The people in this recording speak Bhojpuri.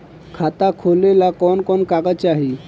खाता खोलेला कवन कवन कागज चाहीं?